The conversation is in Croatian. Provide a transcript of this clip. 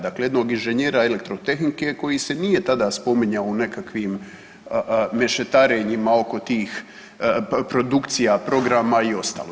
Dakle, jednog inženjera elektrotehnike koji se nije tada spominjao u nekakvim mešetarenjima oko tih produkcija programa i ostalo.